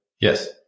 Yes